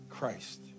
Christ